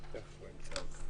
דקלה נרצחה לפני 8